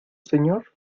señor